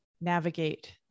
navigate